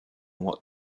what